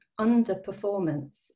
underperformance